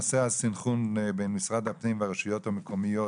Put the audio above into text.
נושא הסנכרון במשרד הפנים והרשויות המקומיות,